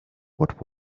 what